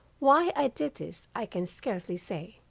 why i did this i can scarcely say.